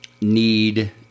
need